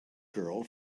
girl